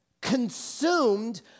consumed